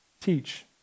Teach